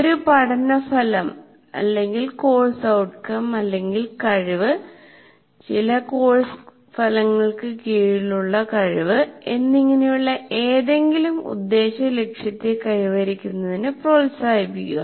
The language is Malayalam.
ഒരു പഠന ഫലം കോഴ്സ് ഫലം കഴിവ് ചില കോഴ്സ് ഫലങ്ങൾക്ക് കീഴിലുള്ള കഴിവ് എന്നിങ്ങനെയുള്ള ഏതെങ്കിലും ഉദ്ദേശ ലക്ഷ്യത്തെ കൈവരിക്കുന്നതിന് പ്രോത്സാഹിപ്പിക്കുക